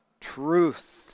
Truth